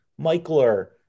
Michler